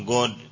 God